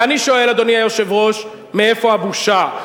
ואני שואל, אדוני היושב-ראש: מאיפה הבושה?